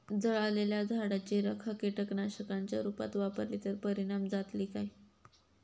जळालेल्या झाडाची रखा कीटकनाशकांच्या रुपात वापरली तर परिणाम जातली काय?